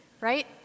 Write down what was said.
right